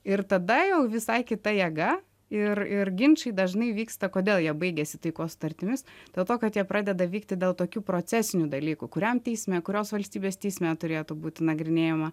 ir tada jau visai kita jėga ir ir ginčai dažnai vyksta kodėl jie baigiasi taikos sutartimis dėl to kad jie pradeda vykti dėl tokių procesinių dalykų kuriam teisme kurios valstybės teisme turėtų būti nagrinėjama